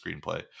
screenplay